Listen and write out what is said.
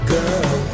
Girl